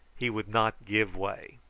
he would not give way.